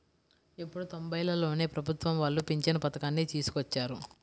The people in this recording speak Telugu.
ఎప్పుడో తొంబైలలోనే ప్రభుత్వం వాళ్ళు పింఛను పథకాన్ని తీసుకొచ్చారు